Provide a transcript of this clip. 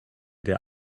der